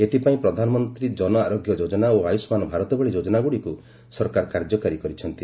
ଏଥିପାଇଁ 'ପ୍ରଧାନମନ୍ତ୍ରୀ ଜନ ଆରୋଗ୍ୟ ଯୋଜନା' ଓ 'ଆୟୁଷ୍ମାନ ଭାରତ' ଭଳି ଯୋଜନାଗୁଡ଼ିକୁ ସରକାର କାର୍ଯ୍ୟକାରୀ କରିଛନ୍ତି